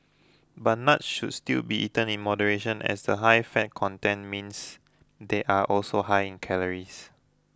but nuts should still be eaten in moderation as the high fat content means they are also high in calories